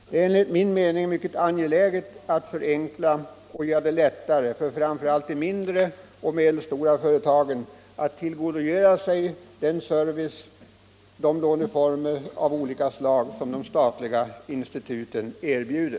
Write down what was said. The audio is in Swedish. Det är enligt min mening mycket angeläget att underlätta för de mindre och medelstora företagen att tillgodogöra sig den service och de låneformer av olika slag som de statliga instituten erbjuder.